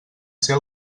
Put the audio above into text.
ser